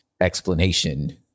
explanation